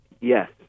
Yes